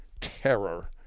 terror